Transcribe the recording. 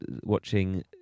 watching